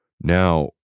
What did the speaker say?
now